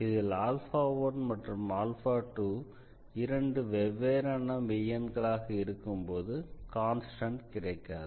இதில் 1 மற்றும் 2 இரண்டு வெவ்வேறான மெய்யெண்களாக இருக்கும்போது கான்ஸ்டண்ட் கிடைக்காது